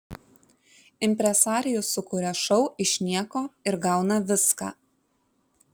impresarijus sukuria šou iš nieko ir gauna viską